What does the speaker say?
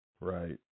Right